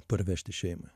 parvežti šeimai